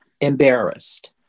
embarrassed